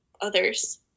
others